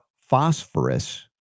phosphorus